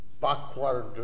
backward